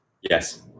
Yes